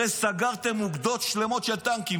הרי סגרתם אוגדות שלמות של טנקים,